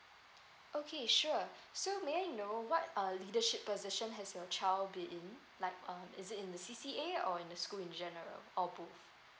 okay sure so may I know what a leadership position has your child be in like um is it in the C_C_A or in the school in general or both